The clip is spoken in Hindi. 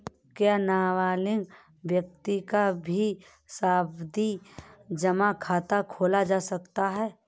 क्या नाबालिग व्यक्ति का भी सावधि जमा खाता खोला जा सकता है?